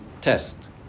test